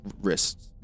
wrists